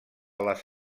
les